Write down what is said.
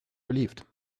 relieved